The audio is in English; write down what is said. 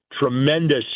tremendous